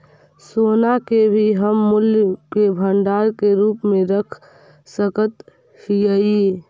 सोना के भी हम मूल्य के भंडार के रूप में रख सकत हियई